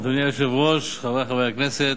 אדוני היושב-ראש, חברי חברי הכנסת,